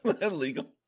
illegal